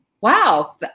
Wow